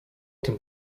tym